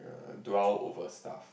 err dwell over stuff